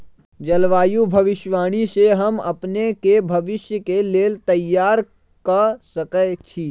जलवायु भविष्यवाणी से हम अपने के भविष्य के लेल तइयार कऽ सकै छी